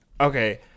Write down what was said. Okay